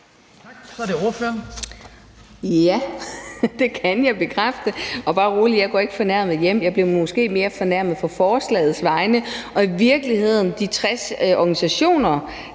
Broman Mølbæk (SF): Ja, det kan jeg bekræfte, og bare rolig, jeg går ikke fornærmet hjem; jeg bliver måske mere fornærmet på forslagets vegne og de 60 organisationer,